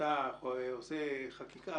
כשאתה עושה חקיקה,